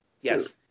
Yes